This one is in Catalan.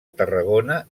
tarragona